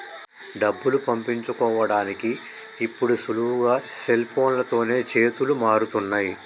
డబ్బులు పంపించుకోడానికి ఇప్పుడు సులువుగా సెల్ఫోన్లతోనే చేతులు మారుతున్నయ్